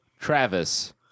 Travis